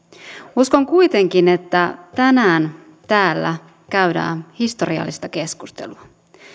uskon kuitenkin että tänään täällä käydään historiallista keskustelua